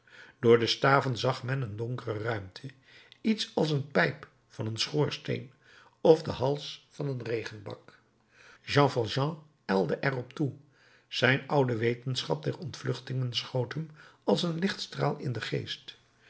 door de staven zag men een donkere ruimte iets als de pijp van een schoorsteen of den hals van een regenbak jean valjean ijlde er op toe zijn oude wetenschap der ontvluchtingen schoot hem als een lichtstraal in den geest